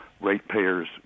Ratepayers